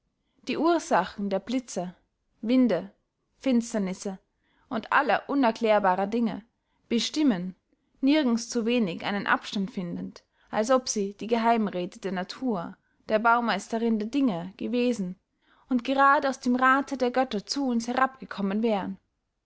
die ursachen der blitze winde finsternisse und aller unerklärbarer dinge bestimmen nirgends so wenig einen anstand findend als ob sie die geheimräthe der natur der baumeisterinn der dinge gewesen und gerad aus dem rathe der götter zu uns herabgekommen wären